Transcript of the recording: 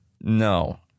no